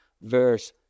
verse